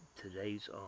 today's